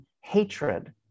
hatred